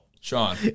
Sean